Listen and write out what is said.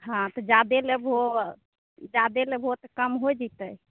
हँ तऽ जादे लेबहो जादे लेबहो तऽ कम होए जेतै